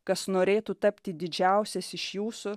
kas norėtų tapti didžiausias iš jūsų